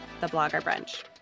thebloggerbrunch